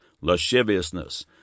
lasciviousness